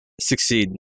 succeed